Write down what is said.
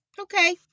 okay